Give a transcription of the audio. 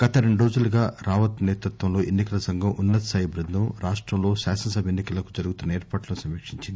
గత రెండు రోజులుగా రావత్ నేతృత్వంలో ఎన్సికల సంఘం ఉన్నతస్థాయి బృందం రాష్టంలో శాసనసభ ఎన్సి కలకు జరుగుతున్న ఏర్పాట్లను సమీకించింది